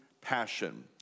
passion